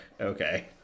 okay